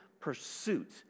pursuit